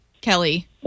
Kelly